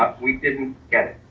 ah we didn't get it.